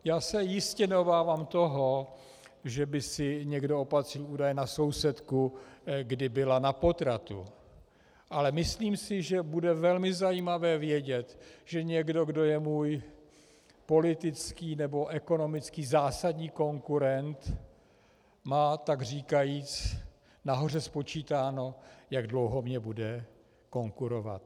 Já se jistě neobávám toho, že by si někdo opatřil údaje na sousedku, kdy byla na potratu, ale myslím si, že bude velmi zajímavé vědět, že někdo, kdo je můj politický nebo ekonomický zásadní konkurent, má takříkajíc nahoře spočítáno, jak dlouho mi bude konkurovat.